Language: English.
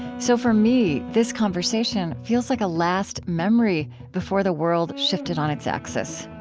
so for me this conversation feels like a last memory before the world shifted on its axis.